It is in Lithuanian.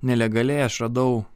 nelegaliai aš radau